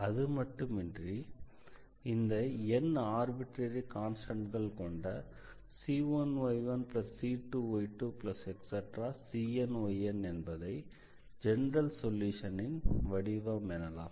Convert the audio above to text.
அதுமட்டுமின்றி இந்த n arbitrary கான்ஸ்டண்ட்கள் கொண்ட c1y1c2y2⋯cnyn என்பதை ஜெனரல் சொல்யூஷனின் வடிவம் எனலாம்